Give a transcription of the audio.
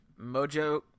Mojo